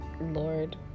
lord